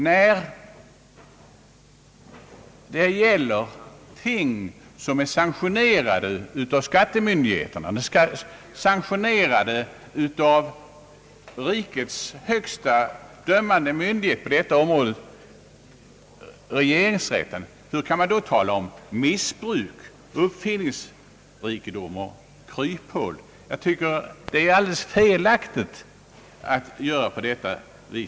När det gäller ting som är sanktionerade av rikets högsta dömande myndighet på detta område, regeringsrätten, hur kan man då tala om missbruk, uppfinningsrikedom och kryphål? Jag tycker att det är alldeles felaktigt, herr Wärnberg!